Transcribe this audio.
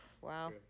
wow